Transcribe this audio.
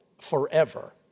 forever